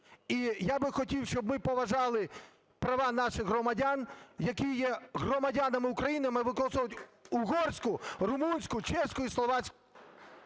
І я би хотів, щоб ми поважали права наших громадян, які є громадянами України, використовувати угорську, румунську, чеську і словацьку…